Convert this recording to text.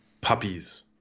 puppies